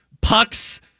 pucks